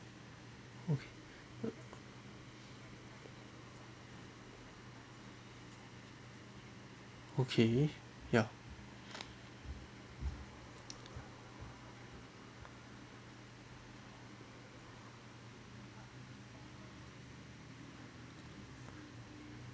okay okay ya